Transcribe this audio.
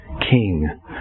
king